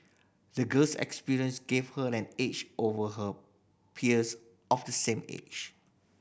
the girl's experience gave her an edge over her peers of the same age